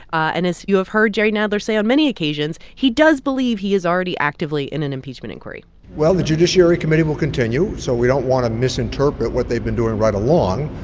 and as you have heard jerry nadler say on many occasions, he does believe he is already actively in an impeachment inquiry well, the judiciary committee will continue. so we don't want to misinterpret what they've been doing right along.